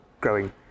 growing